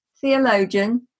theologian